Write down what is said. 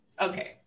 Okay